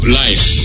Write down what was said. life